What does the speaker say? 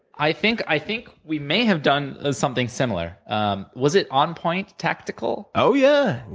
i think i think we may have done something similar. um was it on point tactical? oh yeah.